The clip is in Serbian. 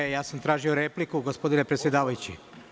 Ne, ja sam tražio repliku gospodine predsedavajući.